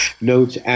notes